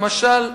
למשל,